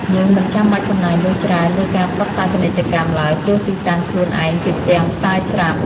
យើងមិនចាំបាច់ចំណាយលុយច្រើនលើការផ្សព្វផ្សាយពាណិជ្ជកម្មឡើយព្រោះទីតាំងខ្លួនឯងជាផ្ទាំងផ្សាយស្រាប់។